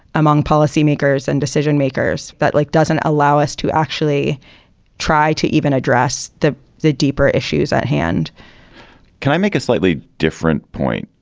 among policymakers and decision makers that like doesn't allow us to actually try to even address the the deeper issues at hand can i make a slightly different point?